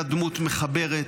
היה דמות מחברת,